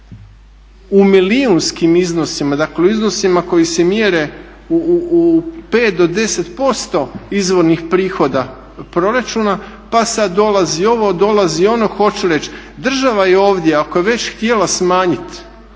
u milijunskim iznosima, dakle u iznosima koji se mjere u 5 do 10% izvornih prihoda proračuna pa sada dolazi ovo, dolazi ono. Hoću reći, država je ovdje ako je već htjela smanjiti